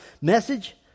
message